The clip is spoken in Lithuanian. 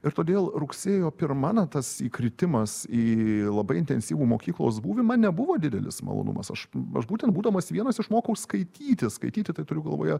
ir todėl rugsėjo pirma na tas įkritimas į labai intensyvų mokyklos būvį man nebuvo didelis malonumas aš aš būtent būdamas vienas išmokau skaityti skaityti tai turiu galvoje